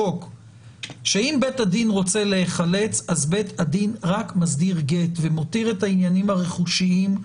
תשלחי את טענותייך, מה תביעת הגירושין.